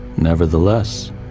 Nevertheless